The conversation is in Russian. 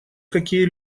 какие